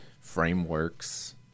frameworks